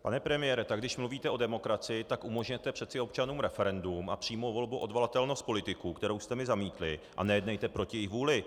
Pane premiére, tak když mluvíte o demokracii, tak umožněte přece občanům referendum a přímou volbu, odvolatelnost politiků, kterou jste mi zamítli, a nejednejte proti jejich vůli.